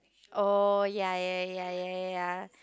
oh ya ya ya ya ya